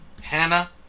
Hannah